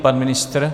Pan ministr?